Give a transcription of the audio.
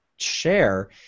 share